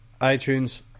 iTunes